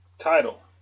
title